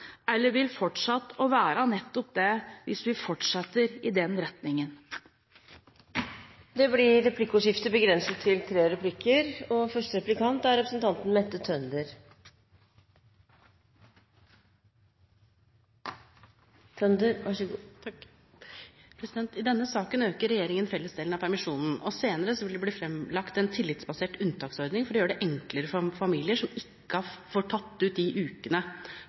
eller vil fortsette å være nettopp det hvis vi fortsetter i den retningen. Det blir replikkordskifte. I denne saken øker regjeringen fellesdelen av permisjonen, og senere vil det bli framlagt en tillitsbasert unntaksordning for å gjøre det enklere for familier som ikke får tatt ut de ukene